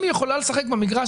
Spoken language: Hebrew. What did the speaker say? אם היא יכולה לשחק במגרש,